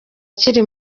kiri